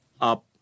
up